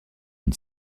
une